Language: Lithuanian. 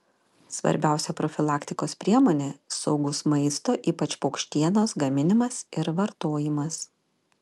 svarbiausia profilaktikos priemonė saugus maisto ypač paukštienos gaminimas ir vartojimas